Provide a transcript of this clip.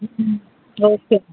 ம் okay ma'am